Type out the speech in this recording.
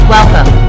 Welcome